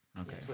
Okay